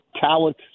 talent